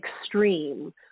extreme